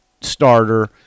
starter